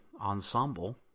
ensemble